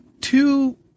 two